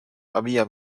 había